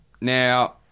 Now